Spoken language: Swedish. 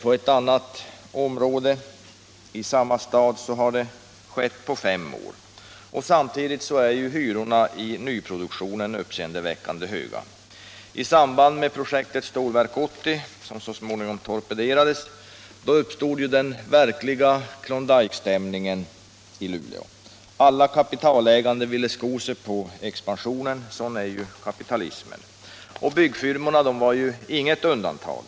I ett annat område i samma stad har en fördubbling skett på fem år. Samtidigt är hyrorna i nyproduktionen uppseendeväckande höga. I samband med projektet Stålverk 80 — som ju så småningom torpederades — uppstod den verkliga Klondykestämningen i Luleå. Alla kapitalägare försökte sko sig på expansionen. Sådan är ju kapitalismen. Och byggfirmorna var inget undantag.